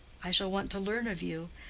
i shall want to learn of you,